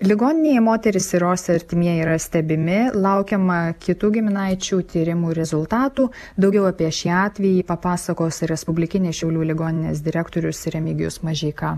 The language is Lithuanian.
ligoninėje moteris ir jos artimieji yra stebimi laukiama kitų giminaičių tyrimų rezultatų daugiau apie šį atvejį papasakos respublikinės šiaulių ligoninės direktorius remigijus mažeika